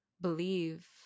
believe